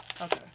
Okay